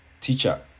Teacher